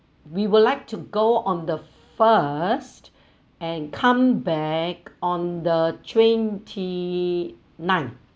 we would like to go on the first and come back on the twenty-nine